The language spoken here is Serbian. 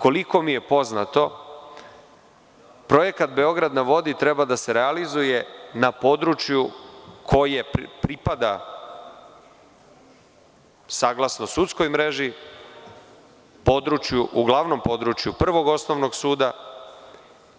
Koliko mi je poznato, Projekat „Beograd na vodi“ treba da se realizuje na području koje pripada, saglasno sudskoj mreži, području Prvog osnovnog suda